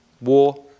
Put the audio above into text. war